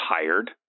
tired